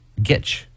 Gitch